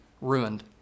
ruined